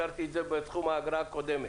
השארתי את זה בסכום האגרה הקודמת.